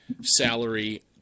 salary